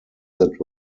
that